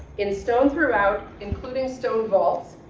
in stone throughout, including stone vaults,